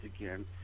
again